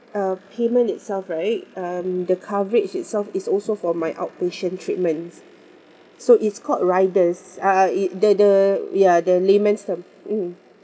uh payment itself right um the coverage itself is also for my outpatient treatments so it's called riders uh it the the ya the layman's term mm